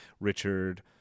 Richard